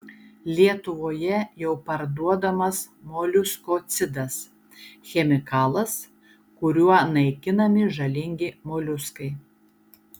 lietuvoje jau parduodamas moliuskocidas chemikalas kuriuo naikinami žalingi moliuskai